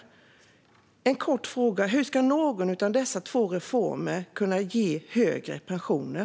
En kort fråga: Hur ska någon av dessa två reformer kunna ge högre pensioner?